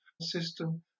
system